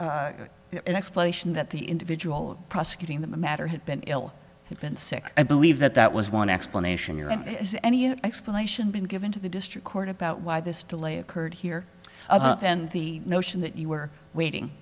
was an explanation that the individual prosecuting the matter had been ill had been sick i believe that that was one explanation you're in as any you know explanation given to the district court about why this delay occurred here and the notion that you were waiting